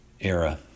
era